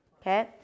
okay